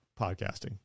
podcasting